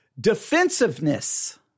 Defensiveness